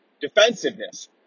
defensiveness